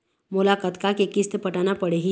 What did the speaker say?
मोला कतका के किस्त पटाना पड़ही?